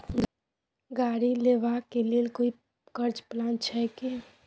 गाड़ी लेबा के लेल कोई कर्ज प्लान छै की?